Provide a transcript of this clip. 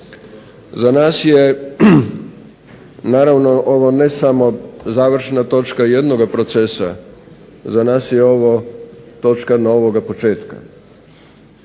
Za nas je naravno ovo ne samo završna točka jednoga procesa, za nas je ovo točka novoga početka.